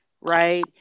right